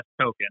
Token